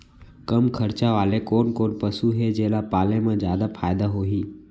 कम खरचा वाले कोन कोन पसु हे जेला पाले म जादा फायदा होही?